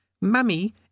Mummy